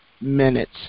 minutes